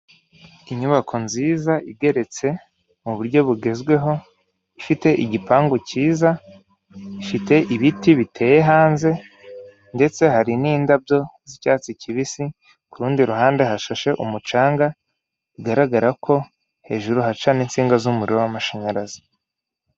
Inyubako nziza igeretse muburyo bugezweho; ifite igipangu cyiza, ifite ibiti biteye hanze, ndetse hari n'indabyo z'icyatsi kibisi, kurundi ruhande hashashe umucanga bigaragara ko hejuru hacaho insinga z'umuriro w'amashanyarazi.